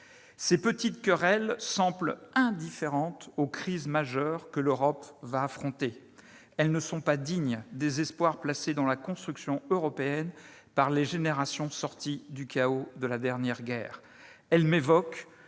Ces petites querelles semblent indifférentes, au regard des crises majeures que l'Europe va affronter. Elles ne sont pas dignes des espoirs placés dans la construction européenne par les générations sorties du chaos de la dernière guerre. Elles m'évoquent